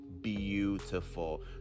beautiful